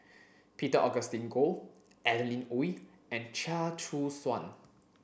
Peter Augustine Goh Adeline Ooi and Chia Choo Suan